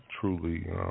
truly